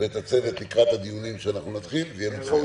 ואת הצוות לקראת הדיונים, זה יהיה מצוין.